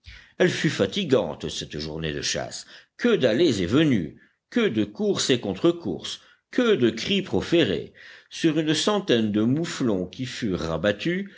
elle fut fatigante cette journée de chasse que d'allées et venues que de courses et contre courses que de cris proférés sur une centaine de mouflons qui furent rabattus